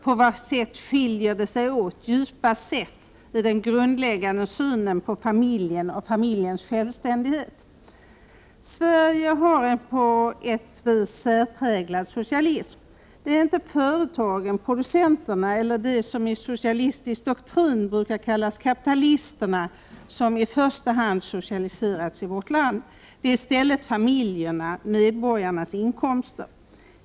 På vad sätt skiljer de sig åt — djupast sett — i den grundläggande synen på familjen och familjens självständighet? Sverige har en på ett vis särpräglad socialism. Det är inte företagen, producenterna eller de som i socialistisk doktrin kallas kapitalisterna som i första hand socialiserats i vårt land. Det är i stället familjernas, medborgarnas inkomster.